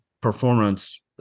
performance